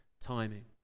timing